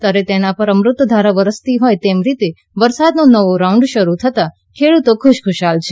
ત્યારે તેના પર અમૃતધારા વરસતી હોય તેમ તે રીતે વરસાદનો નવો રાઉન્ડ શરૂ થતા ખેડૂતો ખુશખુશાલ છે